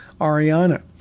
Ariana